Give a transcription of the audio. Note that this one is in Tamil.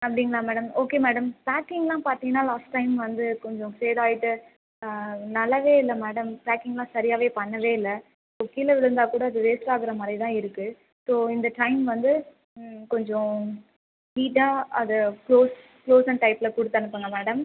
அப்படிங்களா மேடம் ஓகே மேடம் பேக்கிங்லாம் பார்த்தீங்கன்னா லாஸ்ட் டைம் வந்து கொஞ்சம் ஃபேட் ஆகிட்டு நல்லாவே இல்லை மேடம் பேக்கிங்லாம் சரியாவே பண்ணவே இல்லை ஸோ கீழே விழுந்தால் கூட அது வேஸ்ட் ஆகுற மாதிரிதான் இருக்குது ஸோ இந்த டைம் வந்து கொஞ்சம் நீட்டா அதை க்ளோஸ் க்ளோஸன் டைப்பில் கொடுத்தனுப்புங்க மேடம்